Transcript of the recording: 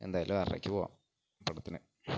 എന്തായാലും ആറരയ്ക്ക് പോകാം പടത്തിന്